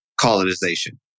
colonization